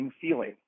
feeling